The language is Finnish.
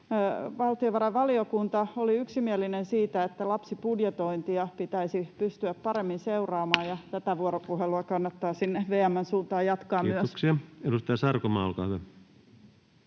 Valtiovarainvaliokunta oli yksimielinen siitä, että lapsibudjetointia pitäisi pystyä paremmin seuraamaan, ja myös tätä vuoropuhelua kannattaa sinne VM:n suuntaan jatkaa. Kiitoksia. — Edustaja Sarkomaa, olkaa hyvä.